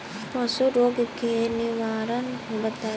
पशु रोग के निवारण बताई?